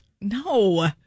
No